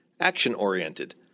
action-oriented